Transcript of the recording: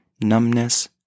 numbness